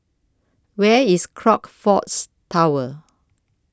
Where IS Crockfords Tower